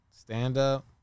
Stand-up